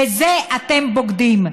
בזה אתם בוגדים.